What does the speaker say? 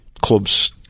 clubs